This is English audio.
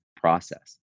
process